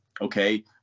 okay